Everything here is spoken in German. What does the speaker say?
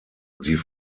sie